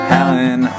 Helen